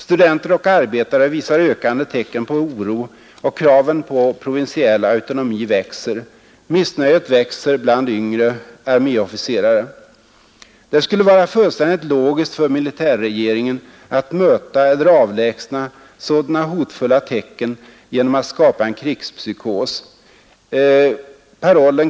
Studenter och arbetare visar ökande tecken på oro, och kraven på provinsiell autonomi växer. ——— Missnöjet växer bland yngre arméofficerare. Det skulle vara fullständigt logiskt för militärregeringen att möta — eller avlägsna — sådana hotfulla tecken genom att skapa en krigspsykos.